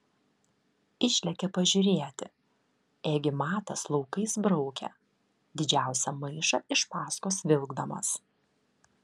išlėkė pažiūrėti ėgi matas laukais braukė didžiausią maišą iš paskos vilkdamas